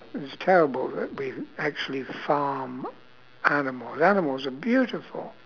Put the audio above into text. it's terrible that we've actually farm animals animals are beautiful